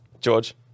George